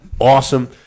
Awesome